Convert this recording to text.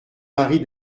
marie